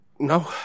No